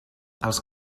els